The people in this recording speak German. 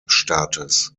staates